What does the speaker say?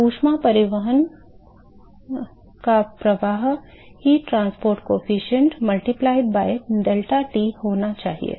तो ऊष्मा परिवहन का प्रवाह heat transport coefficient multiplied by deltaT होना चाहिए